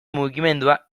mugimendua